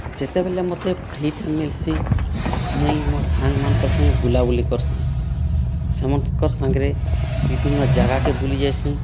ଯେତେବେଲେ ମତେ free time ମିଲ୍ସି ମୁଇଁ ମୋର୍ ସାଙ୍ଗ୍ମାନ୍କର୍ ସାଙ୍ଗେ ବୁଲାବୁଲି କର୍ସିଁ ସେମାନ୍ଙ୍କର ସାଙ୍ଗ୍ରେ ବିଭିନ୍ନ ଯାଗାକେ ବୁଲି ଯାଏସିଁ